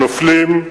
הנופלים,